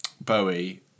Bowie